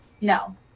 No